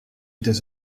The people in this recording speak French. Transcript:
étais